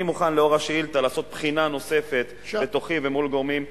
אני מוכן לאור השאילתא לעשות בחינה נוספת בתוכי ומול גורמים,